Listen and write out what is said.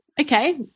Okay